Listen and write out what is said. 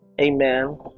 Amen